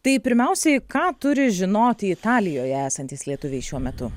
tai pirmiausiai ką turi žinoti italijoje esantys lietuviai šiuo metu